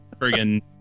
friggin